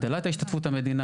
הגדלת השתתפות המדינה,